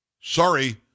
Sorry